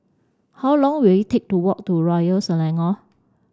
how long will it take to walk to Royal Selangor